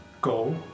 Go